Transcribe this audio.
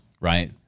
right